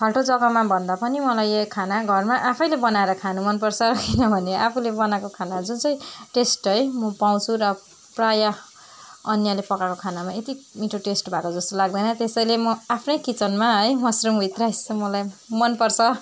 फाल्टो जग्गामाभन्दा पनि मलाई यो खाना घरमा आफैले बनाएर खानु मनपर्छ किनभने आफूले बनाएको खाना जुन चाहिँ टेस्ट है म पाउँछु र प्रायः अन्यले पकाएको खानामा यति मिठो टेस्ट भएको जस्तो लाग्दैन त्यसैले म आफ्नै किचनमा है मसरुम विथ राइस चाहिँ मलाई मनपर्छ